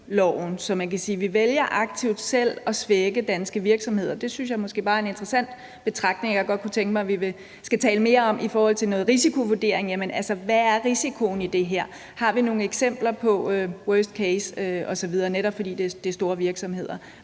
Så man kan sige, at vi aktivt selv vælger at svække danske virksomheder. Det synes jeg måske bare er en interessant betragtning, som jeg godt kunne tænke mig vi skulle tale mere om i forhold til noget risikovurdering. Jamen altså, hvad er risikoen i det her? Har vi nogen eksempler på worst case, netop fordi det er store virksomheder?